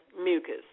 mucus